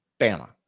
Bama